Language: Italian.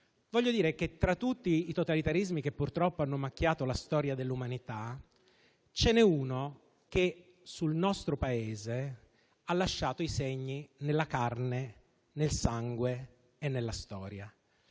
Voglio cioè dire che, tra tutti i totalitarismi che purtroppo hanno macchiato la storia dell'umanità, ce n'è uno che sul nostro Paese ha lasciato i segni nella carne, nel sangue e nella storia.